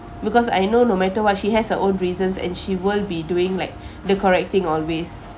because I know no matter what she has her own reasons and she will be doing like the correcting always